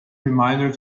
reminder